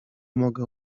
mogę